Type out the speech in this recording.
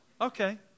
Okay